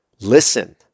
listen